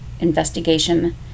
investigation